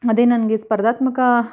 ಅದೇ ನನಗೆ ಸ್ಪರ್ಧಾತ್ಮಕ